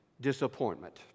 disappointment